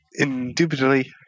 Indubitably